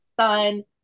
sun